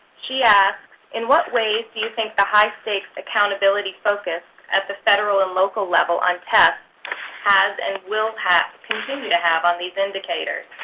she asks, in what ways do you think the high-stakes accountability focus at the federal and local level on tests has and will continue to have on these indicators?